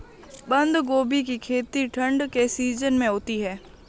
बंद गोभी की खेती ठंड के सीजन में होती है